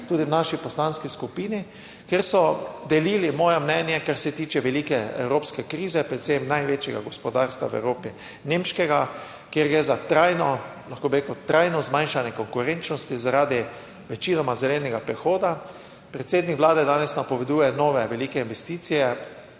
tudi v naši poslanski skupini, kjer so delili moje mnenje, kar se tiče velike evropske krize, predvsem največjega gospodarstva v Evropi, nemškega, kjer gre za trajno, lahko bi rekel trajno zmanjšanje konkurenčnosti zaradi večinoma zelenega prehoda. Predsednik Vlade danes napoveduje nove velike investicije